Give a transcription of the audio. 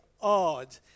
odd